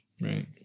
Right